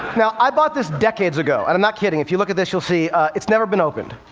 now, i bought this decades ago and i'm not kidding. if you look at this, you'll see it's never been opened.